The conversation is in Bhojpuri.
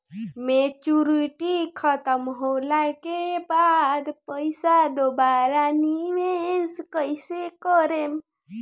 मेचूरिटि खतम होला के बाद पईसा दोबारा निवेश कइसे करेम?